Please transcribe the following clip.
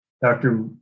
Dr